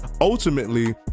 ultimately